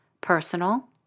personal